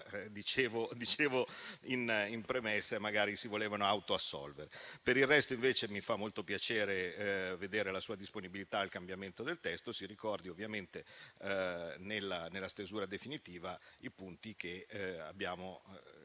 detto in premessa, magari si volevano autoassolvere. Per il resto, invece, mi fa molto piacere constatare la sua disponibilità al cambiamento del testo. Si ricordi ovviamente nella stesura definitiva i punti che abbiamo preso